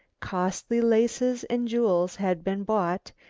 costly laces and jewels had been bought,